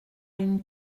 une